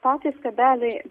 patys kabeliai